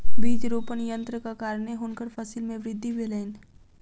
बीज रोपण यन्त्रक कारणेँ हुनकर फसिल मे वृद्धि भेलैन